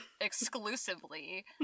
exclusively